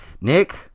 Nick